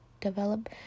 develop